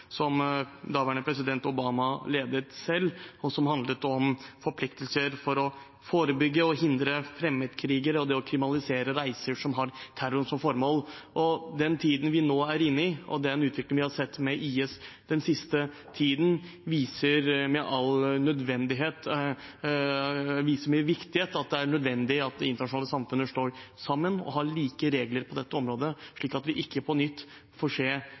som daværende president Obama ledet selv, som handler om forpliktelser for å forebygge og hindre fremmedkrigere og om det å kriminalisere reiser som har terror som formål. Tiden vi nå er inne i og utviklingen vi har sett med IS den siste tiden, viser at det er viktig og nødvendig at det internasjonale samfunnet står sammen og har like regler på dette området, slik at vi ikke på nytt får